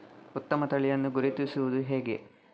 ಉತ್ತಮ ತಳಿಯನ್ನು ಗುರುತಿಸುವುದು ಹೇಗೆ?